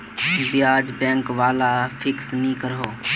ब्याज़ बैंक वाला फिक्स नि करोह